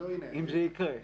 בינתיים זה לא קורה.